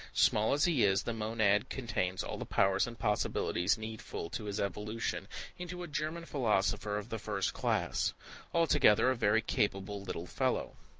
small as he is, the monad contains all the powers and possibilities needful to his evolution into a german philosopher of the first class altogether a very capable little fellow.